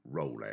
rollout